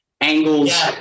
angles